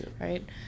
Right